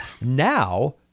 now